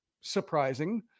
surprising